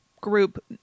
group